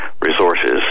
resources